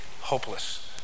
hopeless